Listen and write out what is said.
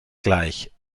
gleich